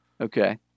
Okay